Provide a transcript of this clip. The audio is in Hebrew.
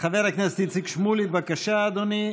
חבר הכנסת איציק שמולי, בבקשה, אדוני.